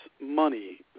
money